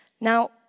Now